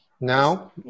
Now